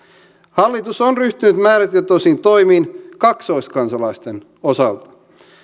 hallitus on ryhtynyt määrätietoisiin toimiin kaksoiskansalaisten osalta